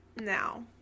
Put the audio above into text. Now